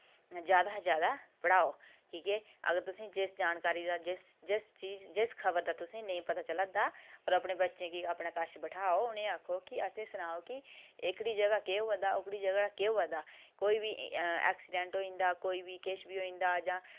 जैदा कशा जैदा पढ़ाओ कि के अगर तुसें जिस जानकारी दा जिस खबर दा तुसें नेईं पता चला दा और अपने बच्चें गी अपने कश बठाओ उ'नें आक्खो कि असें सनाओ एह्कड़ी जगह् केह् होआ दा ओह्कड़ी जगह् केह् होई दा कोई बी ऐक्सिडैंट होई जंदा कोई बी किश बी होई जंदा जां